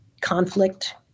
conflict